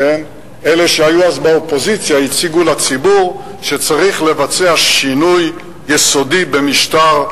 אלה שהיו אז באופוזיציה הציגו לציבור שצריך לבצע שינוי יסודי במשטר,